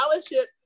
scholarship